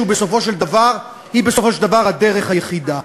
שהיא בסופו של דבר הדרך היחידה.